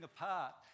apart